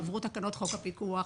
עברו תקנות חוק הפיקוח,